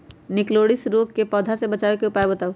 निककरोलीसिस रोग से पौधा के बचाव के उपाय बताऊ?